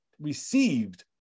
received